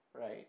right